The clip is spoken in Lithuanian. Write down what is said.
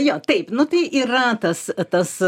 jo taip nu tai yra tas tas